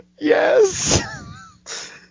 Yes